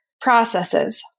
processes